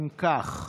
אם כך,